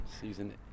Season